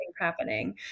happening